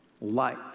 light